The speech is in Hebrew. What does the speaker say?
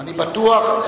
אני בטוח,